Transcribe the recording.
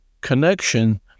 connection